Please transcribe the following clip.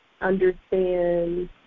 understand